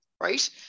right